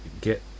get